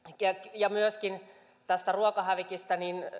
ja myöskin se tästä ruokahävikistä että